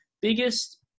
biggest